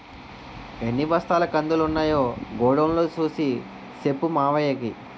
ఎన్ని బస్తాల కందులున్నాయో గొడౌన్ లో సూసి సెప్పు మావయ్యకి